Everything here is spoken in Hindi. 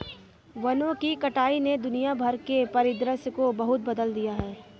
वनों की कटाई ने दुनिया भर के परिदृश्य को बहुत बदल दिया है